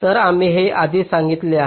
तर आम्ही हे आधीच सांगितले आहे